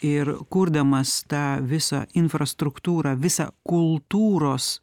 ir kurdamas tą visą infrastruktūrą visą kultūros